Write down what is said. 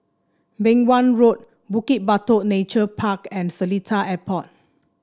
Beng Wan Road Bukit Batok Nature Park and Seletar Airport